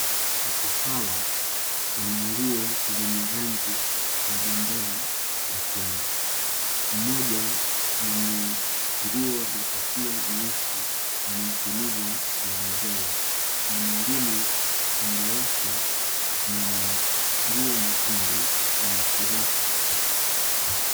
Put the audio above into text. Watu hawa wana nguo zenye rangi ya bendera ya Kenya. Mmoja mwenye nguo na kofia nyeusi anaipuliza vuvuzela na mwingine kando yake mwenye nguo nyekundu ana furaha sana.